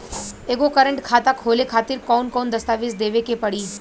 एगो करेंट खाता खोले खातिर कौन कौन दस्तावेज़ देवे के पड़ी?